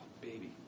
baby